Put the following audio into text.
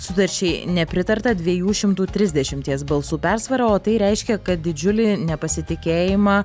sutarčiai nepritarta dviejų šimtų trisdešimties balsų persvara o tai reiškia kad didžiulį nepasitikėjimą